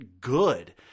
good